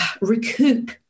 recoup